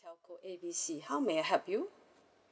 telco A B C how may I help you